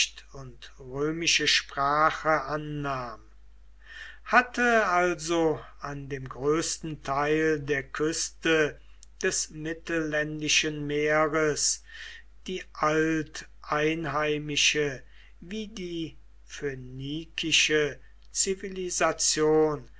und römische sprache annahm hatte also an dem größten teil der küste des mittelländischen meeres die alteinheimische wie die phönikische zivilisation